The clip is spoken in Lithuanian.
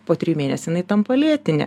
po trijų mėnesių jinai tampa lėtinė